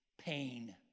pain